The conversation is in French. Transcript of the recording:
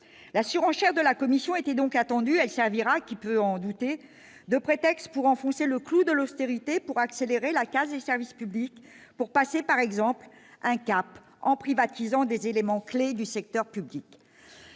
la surenchère de la commission était donc attendue, elle servira qui peut en douter de prétexte pour enfoncer le clou de l'austérité pour accélérer la casse du service public pour passer, par exemple, un cap en privatisant des éléments clés du secteur public,